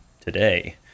today